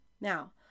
now